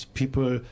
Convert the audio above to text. people